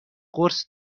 قرص